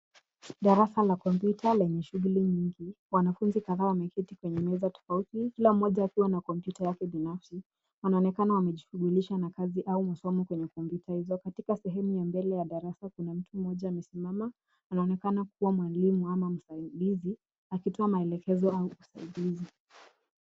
Ni darasa la kompyuta lenye shughuli nyingi, wanafunzi kadhaa wameketi kwenye meza tofauti kila mmoja akiwa na kompyuta yake binafsi. Wanaonekana wamejishughulisha na kazi au masomo, kwenye kompyuta hizo. Katika sehemu ya mbele ya darasa, kuna mtu mmoja amesimama, anaonekana kuwa mwalimu ama msaidizi, akitoa maelekezo au usaidizi.